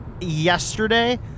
yesterday